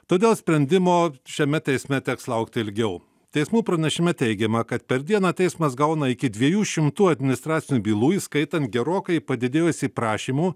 todėl sprendimo šiame teisme teks laukti ilgiau teismų pranešime teigiama kad per dieną teismas gauna iki dviejų šimtų administracinių bylų įskaitant gerokai padidėjusį prašymų